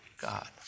God